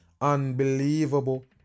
unbelievable